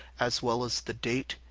as well as the date,